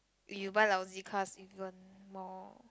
you buy lousy cars if you want more